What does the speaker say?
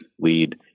lead